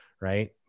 right